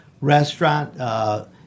restaurant